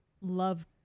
love